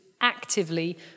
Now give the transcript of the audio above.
actively